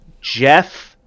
Jeff